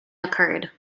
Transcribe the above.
occurred